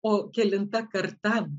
o kelinta karta